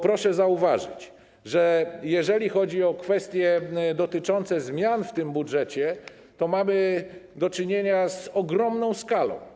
Proszę zauważyć, że jeżeli chodzi o kwestie dotyczące zmian w tym budżecie, mamy do czynienia z ogromną skalą.